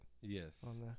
Yes